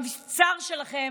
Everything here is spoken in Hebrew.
המבצר שלכם,